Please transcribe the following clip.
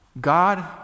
God